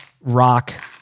rock